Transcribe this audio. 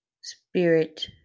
Spirit